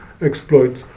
exploit